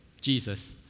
Jesus